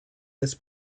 des